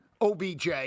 OBJ